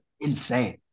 Insane